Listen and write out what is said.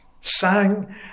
sang